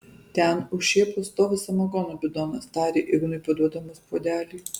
ten už šėpos stovi samagono bidonas tarė ignui paduodamas puodelį